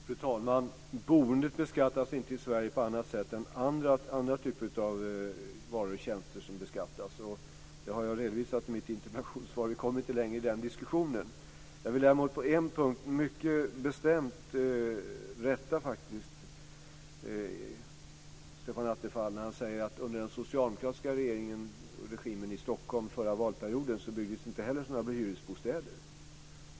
Fru talman! Boendet beskattas inte i Sverige på annat sätt ändra andra typer av varor och tjänster som beskattas. Det har jag redovisat i mitt interpellationssvar. Vi kommer inte längre i den diskussionen. Jag vill däremot på en punkt mycket bestämt rätta Stefan Attefall. Han säger att under den socialdemokratiska regimen i Stockholm under den förra valperioden byggdes heller inte några hyresbostäder.